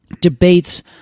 debates